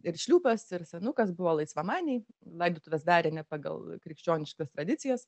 ir šliūpas ir senukas buvo laisvamaniai laidotuves darė ne pagal krikščioniškas tradicijas